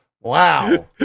wow